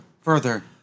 Further